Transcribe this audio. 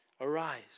arise